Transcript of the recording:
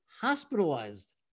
hospitalized